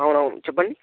అవును అవును చెప్పండి